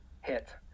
hit